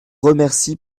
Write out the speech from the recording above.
remercie